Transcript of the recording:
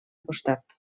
costat